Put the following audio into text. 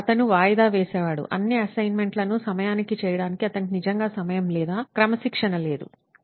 అతను వాయిదా వేసేవాడు అన్ని అసైన్మెంట్లను సమయానికి చేయడానికి అతనికి నిజంగా సమయం లేదా క్రమశిక్షణ లేదు